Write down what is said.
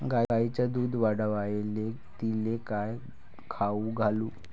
गायीचं दुध वाढवायले तिले काय खाऊ घालू?